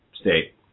state